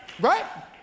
Right